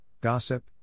gossip